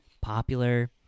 popular